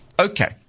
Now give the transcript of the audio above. Okay